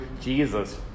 Jesus